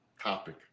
topic